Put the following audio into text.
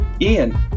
Ian